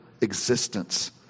existence